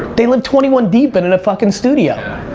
they live twenty one deep and in a fuckin' studio.